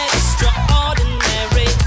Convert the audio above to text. Extraordinary